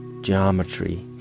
geometry